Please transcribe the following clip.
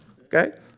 okay